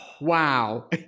Wow